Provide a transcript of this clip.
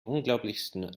unglaublichsten